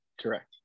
Correct